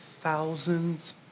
thousands